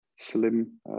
Slim